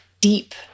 deep